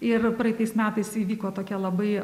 ir praeitais metais įvyko tokia labai